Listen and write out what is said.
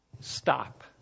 stop